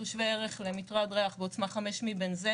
הוא שווה ערך למטרד ריח בעוצמה 5 מבנזן.